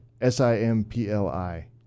S-I-M-P-L-I